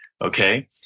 Okay